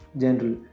general